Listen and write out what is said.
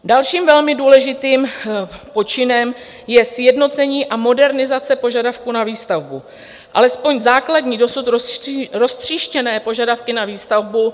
Dalším velmi důležitým počinem je sjednocení a modernizace požadavků na výstavbu alespoň základní dosud roztříštěné požadavky na výstavbu.